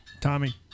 Tommy